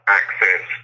access